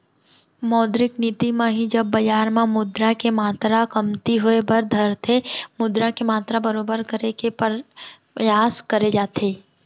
मौद्रिक नीति म ही जब बजार म मुद्रा के मातरा कमती होय बर धरथे मुद्रा के मातरा बरोबर करे के परयास करे जाथे